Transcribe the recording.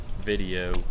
video